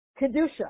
Kedusha